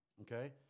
Okay